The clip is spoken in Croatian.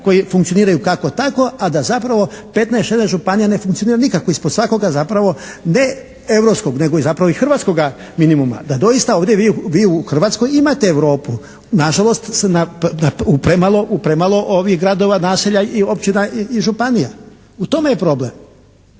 koje funkcioniraju kako tako, a da zapravo 15, 16 županija ne funkcionira nikako, ispod svakoga zapravo ne europskog, nego zapravo i hrvatskoga minimuma, da doista ovdje vi u Hrvatskoj imate Europu. Na žalost u premalo gradova, naselja, općina i županija. U tome je problem